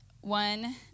One